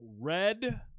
red